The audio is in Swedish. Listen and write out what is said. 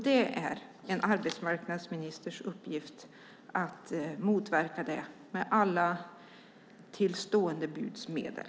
Det är en arbetsmarknadsministers uppgift att motverka det med alla till buds stående medel.